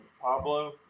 Pablo